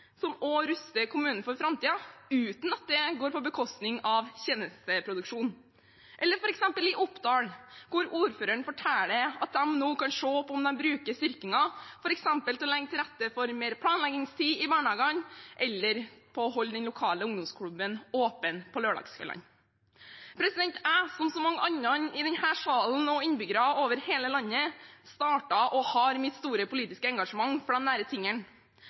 som også ruster kommunen for framtiden uten at det går på bekostning av tjenesteproduksjonen i Oppdal, hvor ordføreren forteller at de nå kan se på om de bruker styrkingen til f.eks. å legge til rette for mer planleggingstid i barnehagene, eller på å holde den lokale ungdomsklubben åpen på lørdagskveldene Jeg, som så mange andre i denne salen og innbyggere over hele landet, startet og har mitt store politiske engasjement for de nære